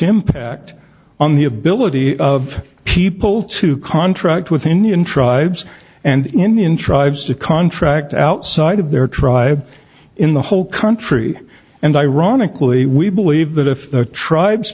impact on the ability of people to contract with indian tribes and indian tribes to contract outside of their tribe in the whole country and ironically we believe that if the tribes